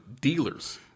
dealers